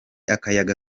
akayaga